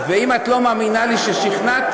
ואם את לא מאמינה לי ששכנעתי,